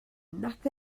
nac